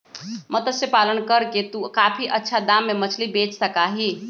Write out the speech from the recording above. मत्स्य पालन करके तू काफी अच्छा दाम में मछली बेच सका ही